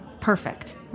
perfect